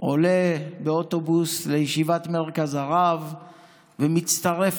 עולה לאוטובוס לישיבת מרכז הרב ומצטרף